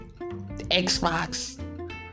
Xbox